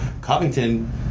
Covington